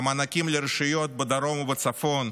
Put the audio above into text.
המענקים לרשויות בדרום ובצפון,